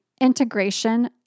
integration